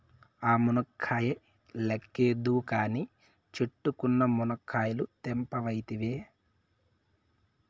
ఆ మునక్కాయ లెక్కేద్దువు కానీ, చెట్టుకున్న మునకాయలు తెంపవైతివే